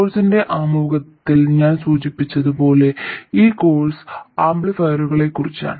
കോഴ്സിന്റെ ആമുഖത്തിൽ ഞാൻ സൂചിപ്പിച്ചതുപോലെ ഈ കോഴ്സ് ആംപ്ലിഫയറുകളെക്കുറിച്ചാണ്